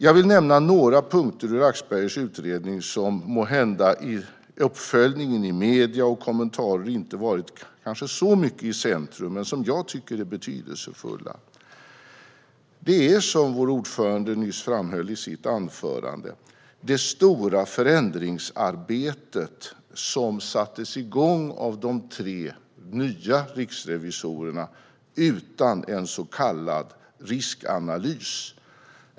Jag vill nämna några punkter ur Axbergers utredning som måhända i uppföljningen i medierna och kommentarer inte har varit så mycket i centrum men som jag tycker är betydelsefulla. Som vår ordförande nyss framhöll i sitt anförande handlar det om det stora förändringsarbete som sattes igång av de tre nya riksrevisorerna utan en så kallad riskanalys.